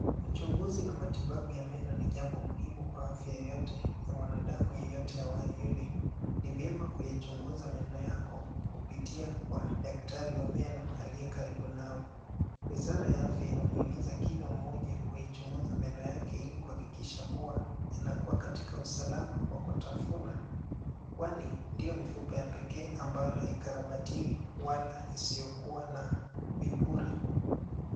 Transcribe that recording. Uchunguzi na matibabu ya meno ni jambo muhimu kwa afya yoyote, ya mwanadamu yeyote ambaye yule. Ni vyema kuyachunguza meno yako, kupitia kwa daktari wa meno aliye karibu nawe. Wizara ya afya inamhimiza kila mmoja kuichunguza meno yake ili kuhakikisha kuwa, yanakuwa katika usalama wa kutafuna. Kwani, ndiyo mifupa ya pekee ambayo haikarabatiwi, wala isiyokuwa na vipuri.